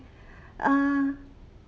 ah